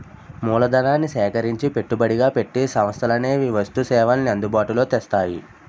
మూలధనాన్ని సేకరించి పెట్టుబడిగా పెట్టి సంస్థలనేవి వస్తు సేవల్ని అందుబాటులో తెస్తాయి